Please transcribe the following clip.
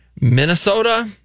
Minnesota